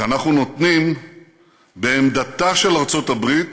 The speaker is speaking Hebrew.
שאנחנו נותנים בעמדתה של ארצות הברית,